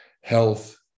health